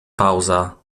pauza